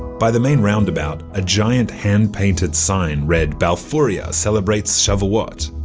by the main roundabout, a giant hand-painted sign read balfouria celebrates shavuot,